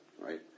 right